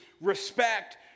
respect